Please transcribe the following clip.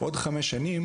עוד חמש שנים